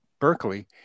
berkeley